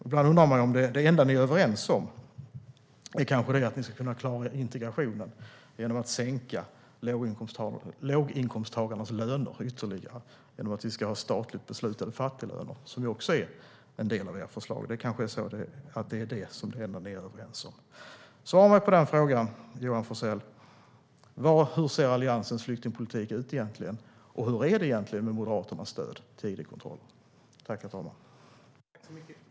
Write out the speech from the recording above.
Ibland undrar jag om det enda ni är överens om är att ni ska klara integrationen genom att sänka låginkomsttagarnas löner ytterligare med statligt beslutade fattiglöner, som ju är ett av era förslag. Hur ser Alliansens flyktingpolitik egentligen ut, Johan Forssell? Och hur är det med Moderaternas stöd till id-kontrollerna?